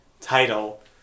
title